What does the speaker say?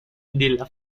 della